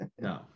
No